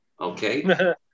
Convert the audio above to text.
okay